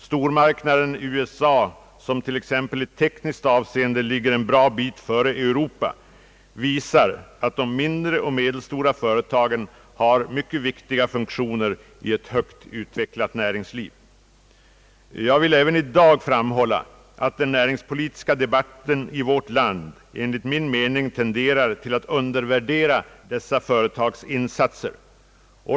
Stormarknaden USA, som t, ex. i tekniskt avseende ligger en bra bit före Europa, visar att de mindre och medelstora företagen har mycket viktiga funktioner i ett högt utvecklat näringsliv. Jag vill även i dag framhålla att den näringspolitiska debatten i vårt land enligt min mening tenderar till att undervärdera dessa företags insatser.